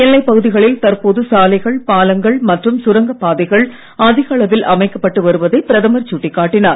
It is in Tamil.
எல்லைப் பகுதிகளில் தற்போது சாலைகள் பாலங்கள் மற்றும் சுரங்கப் பாதைகள் அதிக அளவில் அமைக்கப்பட்டு வருவதை பிரதமர் சுட்டிக் காட்டினார்